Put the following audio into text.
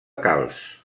calç